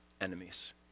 enemies